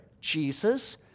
Jesus